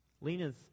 Lena's